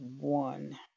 one